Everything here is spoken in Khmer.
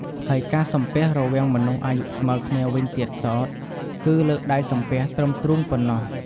ហើយការសំពះរវាងមនុស្សអាយុស្មើគ្នាវិញទៀតសោត គឺលើកដៃសំពះត្រឹមទ្រូងប៉ុណ្ណោះ។